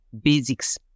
basics